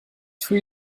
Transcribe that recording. two